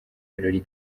birori